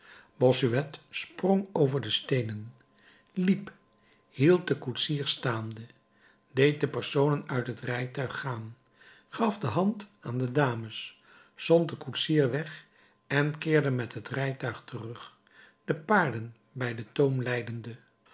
bossuet sprong over de steenen liep hield den koetsier staande deed de personen uit het rijtuig gaan gaf de hand aan de dames zond den koetsier weg en keerde met het rijtuig terug de paarden bij den toom leidende